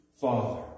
Father